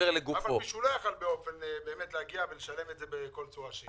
יכול להגיע ולשלם את זה בכל צורה שהיא.